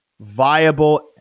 viable